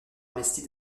investi